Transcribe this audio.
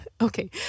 okay